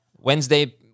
Wednesday